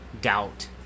Doubt